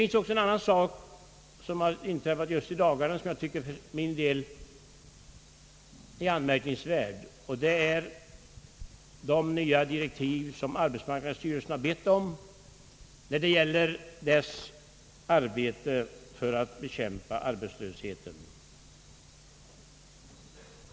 En annan sak som har inträffat just i dagarna och som jag för min del tycker är anmärkningsvärd är de nya direktiv som <:arbetsmarknadsstyrelsen har bett om när det gäller dess arbete för att bekämpa arbetslösheten.